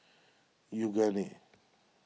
Yoogane